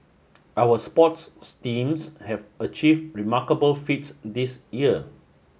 our sports steams have achieved remarkable feats this year